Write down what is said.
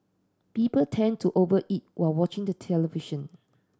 people tend to over eat while watching the television